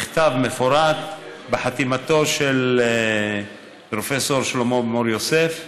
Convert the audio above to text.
מכתב מפורט בחתימתו של פרופ' שלמה מור-יוסף.